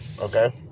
Okay